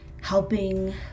helping